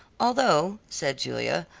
although, said julia,